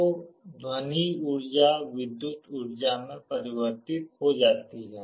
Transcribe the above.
तो ध्वनि ऊर्जा विद्युत ऊर्जा में परिवर्तित हो जाती है